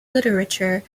literature